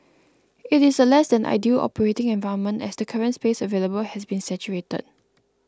it is a less than ideal operating environment as the current space available has been saturated